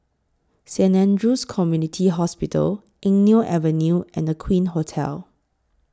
Saint Andrew's Community Hospital Eng Neo Avenue and Aqueen Hotel